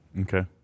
Okay